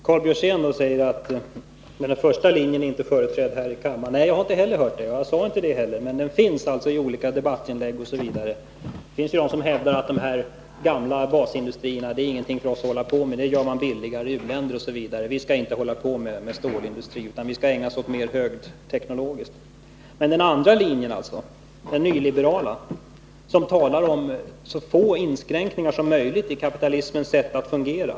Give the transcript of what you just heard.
Herr talman! Karl Björzén sade att den första linjen inte var företrädd här i kammaren. Nej, det har jag inte hört att den skulle vara, och jag sade inte heller att den var det. Däremot har den omnämnts i olika debattinlägg på andra håll. Det finns de som hävdar att de gamla basindustrierna inte är någonting för oss att hålla på med, därför att tillverkningen sker mycket billigare i u-länderna. Vi skall alltså inte hålla på med stålindustri, säger man, utan vi skall ägna oss åt mer högteknologisk verksamhet. Den andra linjen däremot, den nyliberala, talar om så få inskränkningar som möjligt i kapitalismens sätt att fungera.